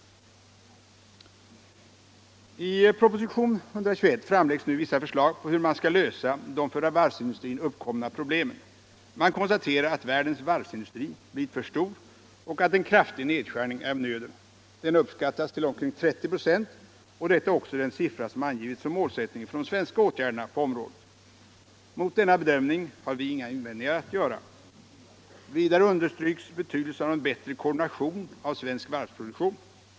I propositionen 121 framläggs nu vissa förslag på hur man skall söka lösa de för varvsindustrin uppkomna problemen. Det konstateras att världens varvsindustri blivit för stor och att en kraftig nedskärning är av nöden. Denna uppskattas till omkring 30 96, och detta är också den siffra som angivits som målsättning för de svenska åtgärderna på området. Mot denna bedömning har vi inga invändningar att göra. Vidare understryks betydelsen av en bättre koordination av svensk varvsproduktion.